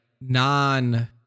non